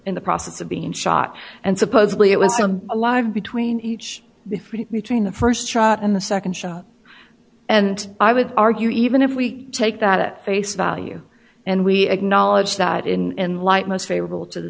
in the process of being shot and supposedly it was a live between each different between the st shot in the nd shot and i would argue even if we take that at face value and we acknowledge that in the light most favorable to the